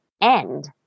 end